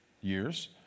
years